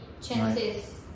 chances